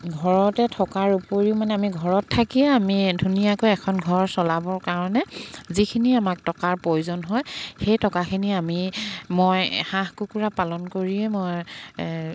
ঘৰতে থকাৰ উপৰিও মানে আমি ঘৰত থাকিয়ে আমি ধুনীয়াকৈ এখন ঘৰ চলাবৰ কাৰণে যিখিনি আমাক টকাৰ প্ৰয়োজন হয় সেই টকাখিনি আমি মই হাঁহ কুকুৰা পালন কৰিয়ে মই